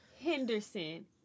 Henderson